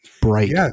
bright